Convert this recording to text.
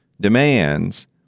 demands